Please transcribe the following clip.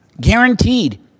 Guaranteed